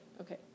Okay